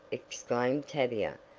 exclaimed tavia,